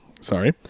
sorry